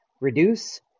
Reduce